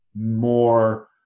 more